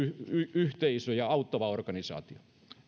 yhteisöjä auttava organisaatio